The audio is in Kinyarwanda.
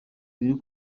biri